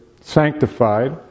sanctified